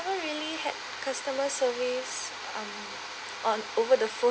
never really had customer service um on over the phone